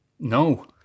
No